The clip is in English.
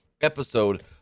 episode